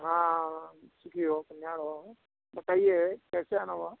हाँ सुखी हो कल्याण हो बताइए कैसे आना हुआ